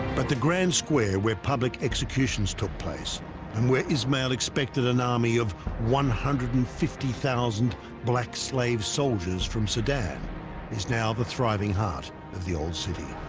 but the grand square where public executions took place and where ismail expected an army of one hundred and fifty zero black slave soldiers from sudan is now the thriving heart of the old city